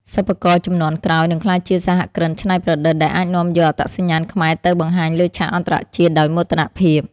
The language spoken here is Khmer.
សិប្បករជំនាន់ក្រោយនឹងក្លាយជាសហគ្រិនច្នៃប្រឌិត ដែលអាចនាំយកអត្តសញ្ញាណខ្មែរទៅបង្ហាញលើឆាកអន្តរជាតិដោយមោទនភាព។